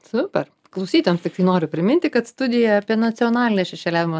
super klausytojams tiktai noriu priminti kad studijoje apie nacionalinę šešėliavimo